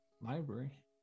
library